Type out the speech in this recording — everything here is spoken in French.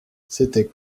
c’était